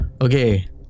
Okay